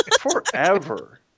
forever